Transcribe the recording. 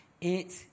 It